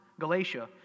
Galatia